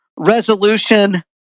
Resolution